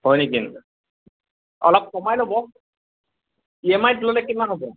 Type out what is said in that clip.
হয় নেকি অলপ কমাই ল'ব ই এম আইত ল'লে কিমান হ'ব